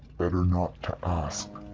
better not to ask.